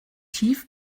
tief